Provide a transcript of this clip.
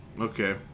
okay